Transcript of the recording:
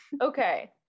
okay